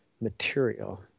material